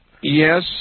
Yes